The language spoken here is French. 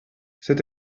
c’est